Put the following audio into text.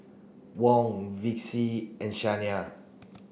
Wong Vicy and Shaina